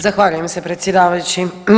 Zahvaljujem se predsjedavajući.